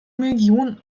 millionen